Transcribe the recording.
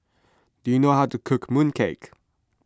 do you know how to cook Mooncake